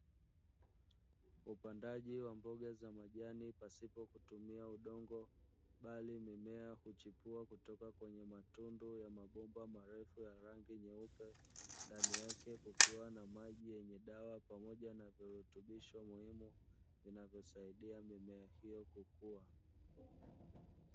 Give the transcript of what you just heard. Upandaji wa mboga za majini pasipo kutumia udongo, bali mimea huchipua kutoka kwenye matundu ya mabomba marefu ya rangi nyeupe ndani yake kukiwa na maji yenye dawa pamoja na virutubisho muhimu, vinavyosaidia mimea kukua.